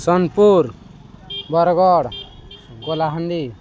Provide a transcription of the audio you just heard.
Sonepur Bargarh Kalahandi